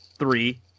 Three